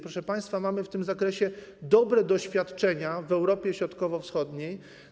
Proszę państwa, mamy w tym zakresie dobre doświadczenia w Europie Środkowo-Wschodniej.